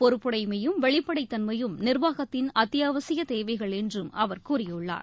பொறுப்புடைமையும் வெளிப்படைத் தன்மையும் நிர்வாகத்தின் அத்தியாவசிய தேவைகள் என்றும் அவர் கூறியுள்ளார்